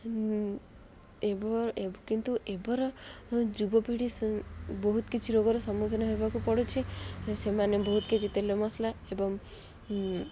ଏ କିନ୍ତୁ ଏବେର ଯୁବପିଢ଼ି ବହୁତ କିଛି ରୋଗର ସମ୍ମୁଖୀନ ହେବାକୁ ପଡ଼ୁଛି ସେମାନେ ବହୁତ କିଛି ତେଲ ମସଲା ଏବଂ